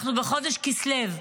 אנחנו בחודש כסלו,